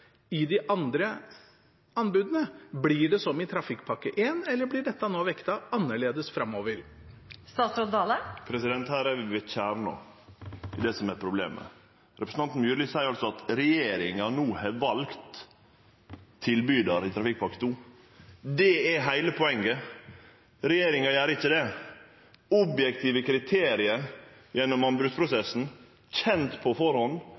i de andre anbudene? Blir det som i Trafikkpakke 1, eller blir dette nå vektet annerledes framover? Her er vi ved kjernen i det som er problemet. Representanten Myrli seier altså at regjeringa no har valt tilbydar i Trafikkpakke 2. Det er heile poenget – regjeringa gjer ikkje det. Objektive kriterium gjennom anbodsprosessen, kjende på